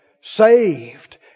Saved